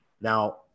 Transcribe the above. Now